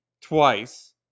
twice